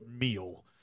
meal